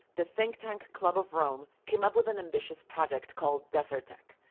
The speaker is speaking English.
the think tank club of rome came up with an ambitious project called desertec.